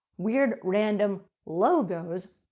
weird random logos,